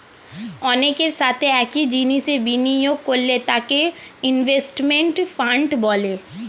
অনেকের সাথে একই জিনিসে বিনিয়োগ করলে তাকে ইনভেস্টমেন্ট ফান্ড বলে